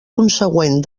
consegüent